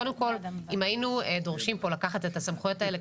קודם כל אם היינו דורשים פה לקחת את הסמכויות האלה,